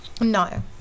No